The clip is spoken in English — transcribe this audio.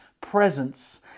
presence